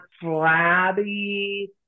flabby